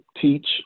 teach